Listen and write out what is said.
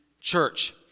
church